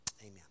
Amen